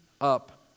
up